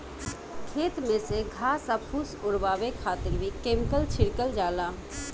खेत में से घास आ फूस ओरवावे खातिर भी केमिकल छिड़कल जाला